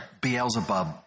Beelzebub